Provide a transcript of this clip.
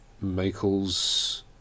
Michael's